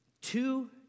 Two